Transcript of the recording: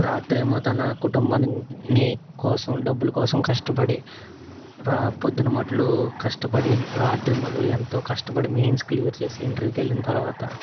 రాత్రేమో తన కుటుంబాన్ని కోసం డబ్బులు కోసం కష్టపడి పొద్దున మట్లు కష్టపడి రాత్రి మొదలు ఎంతో కష్టపడి మెయిన్స్ క్లియర్ చేసి ఇంటర్వ్యూకి వెళ్ళిన తరువాత